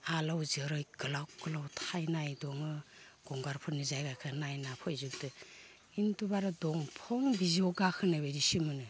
आलौ जेरै गोलाव गोलाव थाइनाय दङो गंगारफोरनि जायगाखो नायना फैजोबदो खिन्थु बारा दंफां बिजौआव गाखोनायबायदिसो मोनो